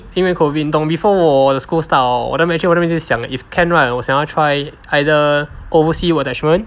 因为 COVID 你懂 before 我的 school hor 我就一直想 if can right 我想要 try either oversea work attachment